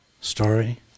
story